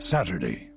Saturday